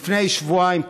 לפני שבועיים,